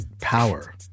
power